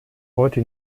heute